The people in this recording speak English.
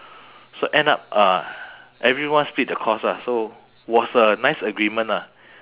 so end up uh everyone split the cost ah so was a nice agreement ah